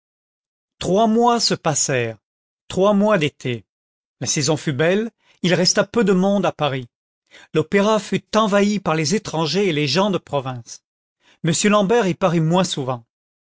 trois mois se passèrent trois mois d'été la saison fut belle il resta peu de monde à paris l'opéra fut envabi par les étrangers et les gens de province m l'ambert y parut moins souvent